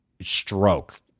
stroke